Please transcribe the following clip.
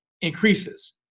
increases